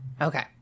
okay